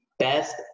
best